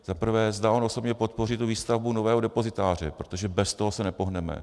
Za prvé, zda on osobně podpoří výstavbu nového depozitáře, protože bez toho se nepohneme.